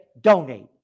donate